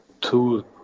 two